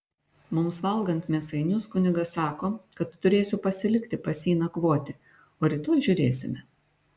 mums valgant mėsainius kunigas sako kad turėsiu pasilikti pas jį nakvoti o rytoj žiūrėsime